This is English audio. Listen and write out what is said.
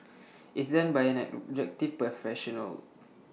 is done by an objective professional